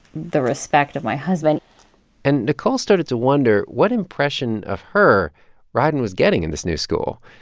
the respect of my husband and nicole started to wonder what impression of her rieden was getting in this new school.